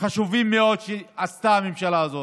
חשובים מאוד שעשתה הממשלה הזאת: